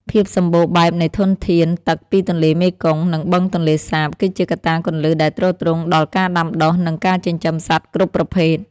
ភាពសម្បូរបែបនៃធនធានទឹកពីទន្លេមេគង្គ និងបឹងទន្លេសាប គឺជាកត្តាគន្លឹះដែលទ្រទ្រង់ដល់ការដាំដុះ និងការចិញ្ចឹមសត្វគ្រប់ប្រភេទ។